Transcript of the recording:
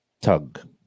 tug